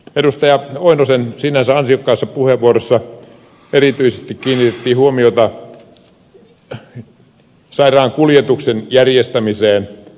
lauri oinosen sinänsä ansiokkaassa puheenvuorossa erityisesti kiinnitettiin huomiota sairaankuljetuksen järjestämiseen